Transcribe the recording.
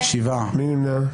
מי נמנע?